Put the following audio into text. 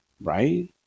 right